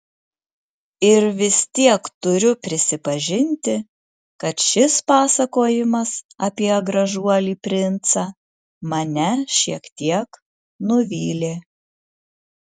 ir vis tiek turiu prisipažinti kad šis pasakojimas apie gražuolį princą mane šiek tiek nuvylė